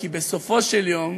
כי בסופו של יום,